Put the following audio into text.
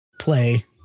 play